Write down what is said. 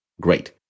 Great